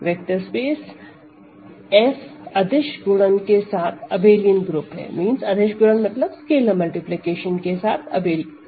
vector space F अदिश गुणन के साथ अबेलियन ग्रुप है